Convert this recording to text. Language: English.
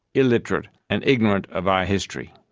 illiterate, and ignorant of our history.